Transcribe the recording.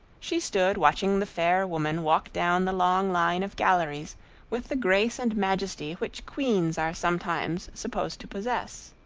she stood watching the fair woman walk down the long line of galleries with the grace and majesty which queens are sometimes supposed to possess.